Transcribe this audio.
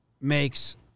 makes